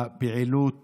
הפעילות